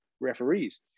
referees